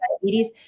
diabetes